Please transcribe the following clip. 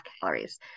calories